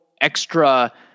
extra